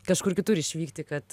kažkur kitur išvykti kad